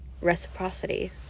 reciprocity